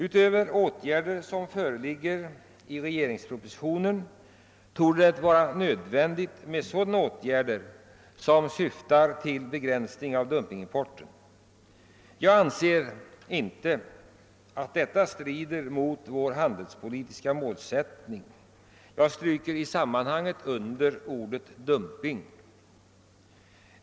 Utöver de åtgärder som föreslås i regeringspropositionen torde det vara nödvändigt med åtgärder som syftar till en begränsning av dumpingimporten. Jag anser inte att detta strider mot vår handelspolitiska målsättning. Jag stryker under att det är dumping jag talar om.